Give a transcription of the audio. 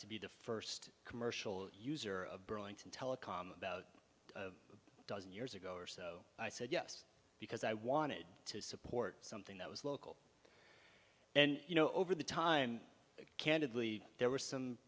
to be the first commercial user of burlington telecom about a dozen years ago or so i said yes because i wanted to support something that was local and you know over the time candidly there were some